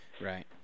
right